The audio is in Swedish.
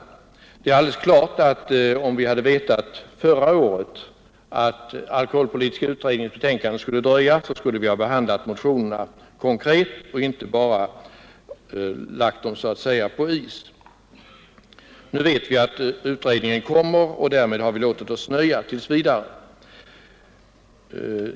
Klart är dock att om vi förra året hade vetat att alkoholpolitiska utredningens betänkande skulle dröja, så hade vi behandlat motionerna konkret och inte bara lagt dem på is så att säga. Nu vet vi emellertid att utredningen relativt snart kommer att presentera sitt betänkande, och därmed har vi låtit oss nöja tills vidare.